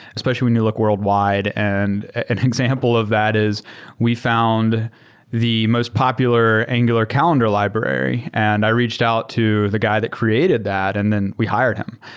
especially when you look worldwide. and an example of that is we found the most popular angular calendar library, and i reached out to the guy that created that and then we hired him.